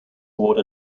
award